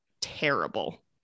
terrible